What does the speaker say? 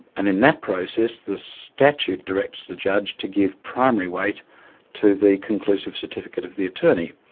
and in that process the statute directs the judge to give primary weight to the conclusive certificate of the attorney,